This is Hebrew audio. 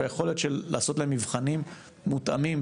ויכול להיות שלעשות להם מבחנים מותאמים,